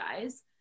guys